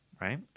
Right